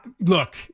Look